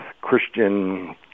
Christian